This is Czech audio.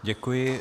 Děkuji.